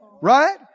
Right